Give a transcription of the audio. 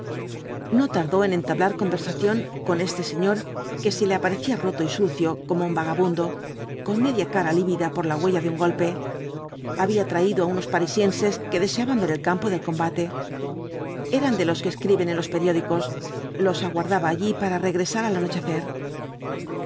no tardó en entablar conversación con este señor que se le aparecía roto y sucio como un vagabundo con media cara lívida por la huella de un golpe había traído á unos parisienses que deseaban ver el campo del combate eran de los que escriben en los periódicos los aguardaba allí para regresar al anochecer